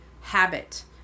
habit